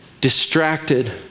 distracted